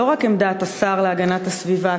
לא רק עמדת השר להגנת הסביבה,